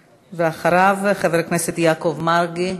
ואחריו, חבר הכנסת יעקב מרגי.